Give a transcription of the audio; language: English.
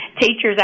teachers